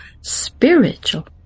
spiritual